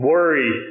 Worry